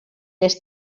les